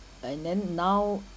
and then now